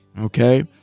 okay